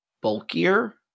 bulkier